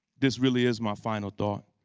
this really is my final thought.